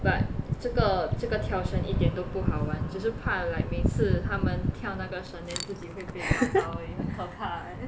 but 这个这个跳绳一点都不好玩只是怕 like 每次他们跳那个绳 then 自己会被叫到 eh 很可怕 eh